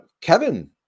Kevin